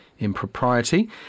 impropriety